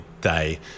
day